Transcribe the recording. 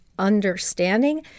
understanding